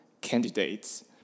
candidates